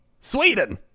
Sweden